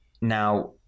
now